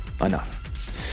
enough